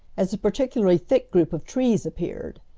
as a particularly thick group of trees appeared.